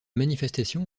manifestations